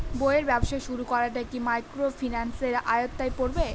বইয়ের ব্যবসা শুরু করাটা কি মাইক্রোফিন্যান্সের আওতায় পড়বে?